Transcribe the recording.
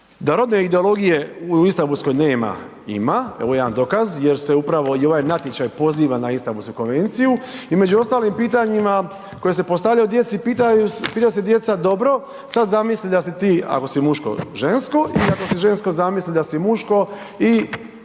da rodne ideologije u Istambulskoj nema, ima, evo jedan dokaz jer se upravo i ovaj natječaj poziva na Istambulsku konvenciju i među ostalim pitanjima koja se postavljaju djecu, pita se djeca dobro sad zamisli da si ti, ako si muško žensko i ako si žensko zamisli da si muško i